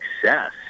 success